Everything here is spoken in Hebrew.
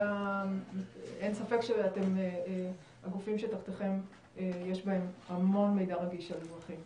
אין ספק שאתם הגופים שתחתכם יש המון מידע רגיש על אזרחים.